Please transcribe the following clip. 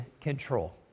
control